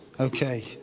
Okay